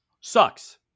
Sucks